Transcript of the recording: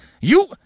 You—